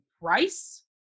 Price